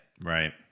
Right